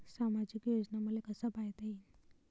सामाजिक योजना मले कसा पायता येईन?